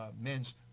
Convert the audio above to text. men's